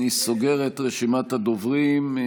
אני סוגר את רשימת הדוברים.